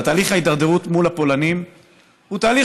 ותהליך ההידרדרות מול הפולנים הוא תהליך